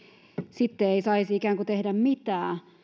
sitten ei saisi tehdä mitään